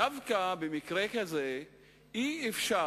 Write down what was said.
דווקא במקרה כזה אי-אפשר,